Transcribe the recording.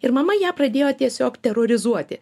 ir mama ją pradėjo tiesiog terorizuoti